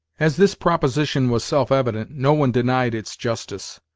as this proposition was self-evident, no one denied its justice.